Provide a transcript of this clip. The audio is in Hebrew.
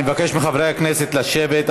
אני מבקש מחברי הכנסת לשבת.